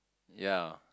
ya